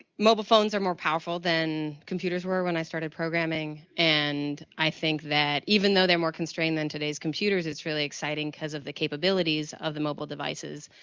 mobile phones are more powerful than computers were when i started programming. and i think that even though they're more constrained than today's computer, it's really exciting because of the capabilities of the mobile devices.